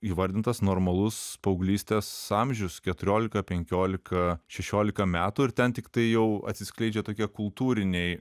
įvardintas normalus paauglystės amžius keturiolika penkiolika šešiolika metų ir ten tiktai jau atsiskleidžia tokie kultūriniai